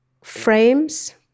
frames